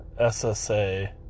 SSA